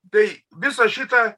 tai visa šita